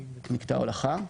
מקטע ההולכה.